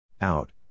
Out